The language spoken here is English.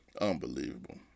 Unbelievable